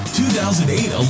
2008